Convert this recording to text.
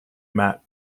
mat